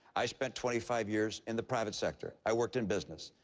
i spent twenty five years in the private sector. i worked in business.